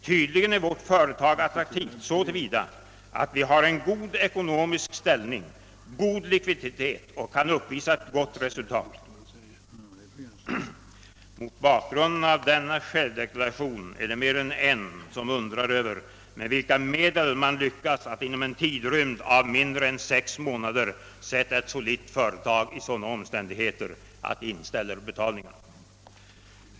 Tydligen är vårt företag attraktivt såtillvida att vi har en god ekonomisk ställning, god likviditet och kan uppvisa ett gott resultat.» Mot bakgrunden av denna självdeklaration är det mer än en som undrar över med vilka medel man lyckas att inom en tidrymd av mindre än sex månader försätta ett solitt företag i sådana omständigheter att det inställer betalningarna.